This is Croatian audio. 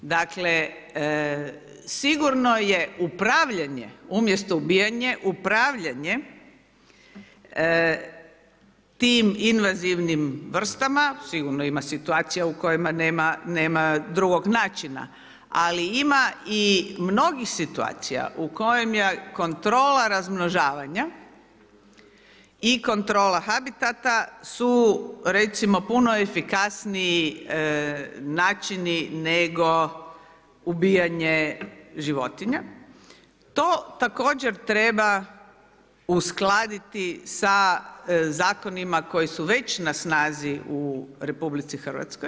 Dakle sigurno je upravljanje umjesto ubijanje, upravljanje tim invazivnim vrstama, sigurno ima situacija u kojima nema drugog načina, ali ima i mnogih situacija u kojim je kontrola razmnožavanja i kontrola habitata su recimo puno efikasniji načina nego ubijanje životinja, to također treba uskladiti sa zakonima koji su već na snazi u RH.